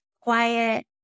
quiet